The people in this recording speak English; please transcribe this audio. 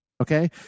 Okay